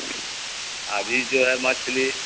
ابھی جو ہے مچھلی